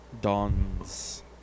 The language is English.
dawns